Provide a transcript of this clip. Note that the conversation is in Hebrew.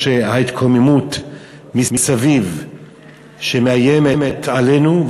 איך ההתקוממות מסביב מאיימת עלינו,